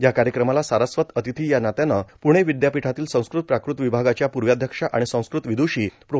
या कार्यक्रमाला सारस्वत अतिथी या नात्यानं पुणे विद्यापीठातील संस्कृत प्राकृत विभागाच्या पूर्वाध्यक्षा आणि संस्कृत विद्रषी प्रो